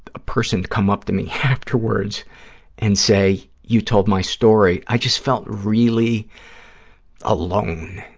a person come up to me afterwards and say, you told my story, i just felt really alone.